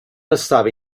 estava